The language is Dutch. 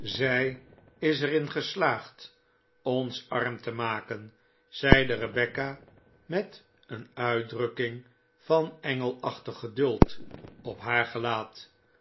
zij is er in geslaagd ons arm te maken zeide rebecca met een uitdrukking van engelachtig geduld op haar gelaat